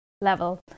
level